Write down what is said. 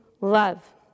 love